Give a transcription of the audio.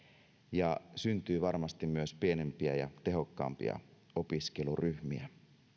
ja syntyy varmasti myös pienempiä ja tehokkaampia opiskeluryhmiä